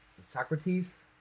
Socrates